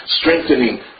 strengthening